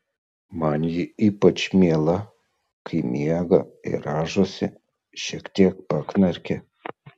man ji ypač miela kai miega ir rąžosi šiek tiek paknarkia